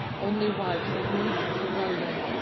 only wives and maidens dwell there.